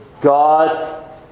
God